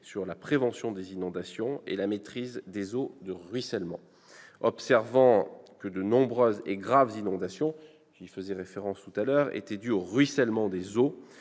sur la prévention des inondations et la maîtrise des eaux de ruissellement. Observant que de nombreuses et graves inondations étaient dues au ruissellement des eaux